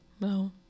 No